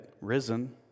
risen